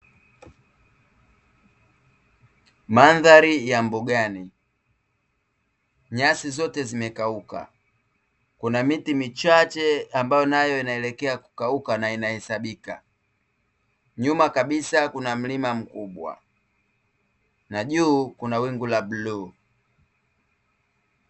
Mandhari ya mbugani, nyasi zote zimekauka, kuna miti michache ambayo nayo inaelekea kukauka na inahesabika. Nyuma kabisa kuna mlima mkubwa, na juu kuna wingu la bluu.